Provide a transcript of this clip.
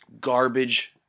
garbage